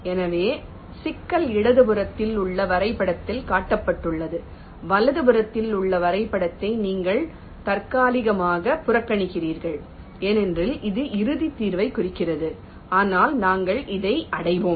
எனவே சிக்கல் இடதுபுறத்தில் உள்ள வரைபடத்தில் காட்டப்பட்டுள்ளது வலதுபுறத்தில் உள்ள வரைபடத்தை நீங்கள் தற்காலிகமாக புறக்கணிக்கிறீர்கள் ஏனெனில் இது இறுதி தீர்வைக் குறிக்கிறது ஆனால் நாங்கள் இதை அடைவோம்